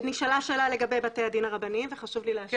נשאלה שאלה לגבי בתי הדין הרבניים וחשוב לי להשיב.